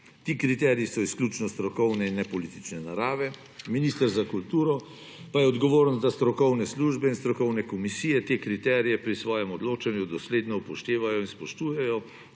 Ti kriteriji so izključno strokovne in ne politične narave, minister za kulturo pa je odgovoren za strokovne službe in strokovne komisije, ki te kriterije pri svojem odločanju dosledno upoštevajo in spoštujejo,